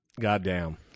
Goddamn